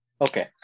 Okay